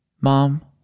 Mom